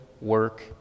work